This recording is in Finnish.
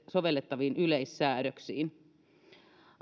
sovellettaviin yleissäädöksiin